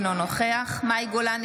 אינו נוכח מאי גולן,